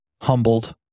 humbled